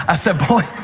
ah said, boy,